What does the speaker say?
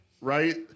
right